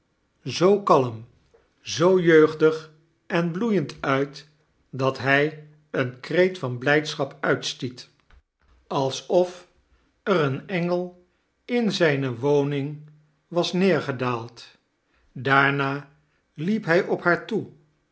zoo kalm zoo jeugdig en bloeiend uit dat hij een kreet van blijdschap uitstiet alsof er een engel in zijne woning was neergedaald claarna liep hij op haar toe